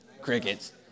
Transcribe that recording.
Crickets